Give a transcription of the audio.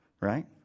right